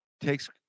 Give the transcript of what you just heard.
takes